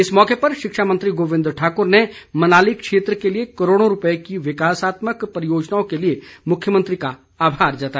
इस मौके पर शिक्षा मंत्री गोविंद ठाकुर ने मनाली क्षेत्र के लिए करोड़ रूपये की विकासात्मक परियोजनाओं के लिए मुख्यमंत्री का आभार जताया